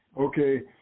Okay